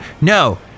No